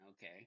Okay